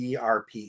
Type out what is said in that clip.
ERP